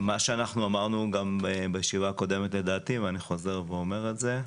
מה שאנחנו אמרנו גם בישיבה הקודמת לדעתי ואני חוזר ואומר את זה.